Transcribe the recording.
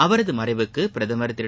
அவரது மறைவுக்கு பிரதமர் திரு